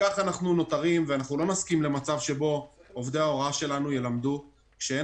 אנחנו לא נסכים למצב שבו עובדי ההוראה שלנו ילמדו כשאין